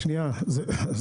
זה הרבה שנים.